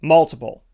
Multiple